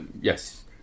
Yes